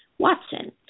Watson